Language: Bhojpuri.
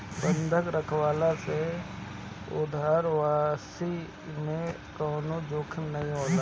बंधक रखववला से उधार वापसी में कवनो जोखिम नाइ होला